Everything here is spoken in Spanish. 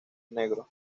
negro